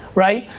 right,